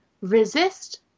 resist